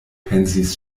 pensis